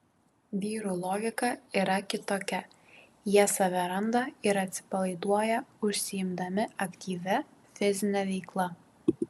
vyrų logika yra kitokia jie save randa ir atsipalaiduoja užsiimdami aktyvia fizine veikla